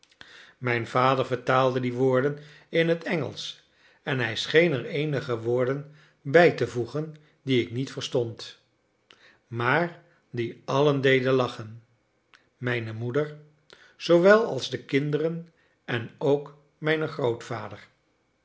mijn vader vertaalde die woorden in het engelsch en hij scheen er eenige woorden bij te voegen die ik niet verstond maar die allen deden lachen mijne moeder zoowel als de kinderen en ook mijn grootvader